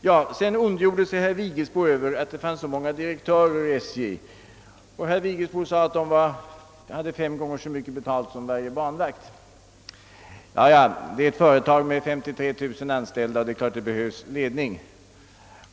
Herr Vigelsbo ondgjorde sig över att det finns så många direktörer i SJ och sade att de har fem gånger så mycket betalt som varje banvakt. Jaja, det är ett företag med 53 000 anställda, och det är klart att det behövs ledning.